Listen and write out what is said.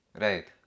Right